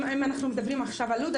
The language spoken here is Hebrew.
אם מדברים עכשיו על לוד,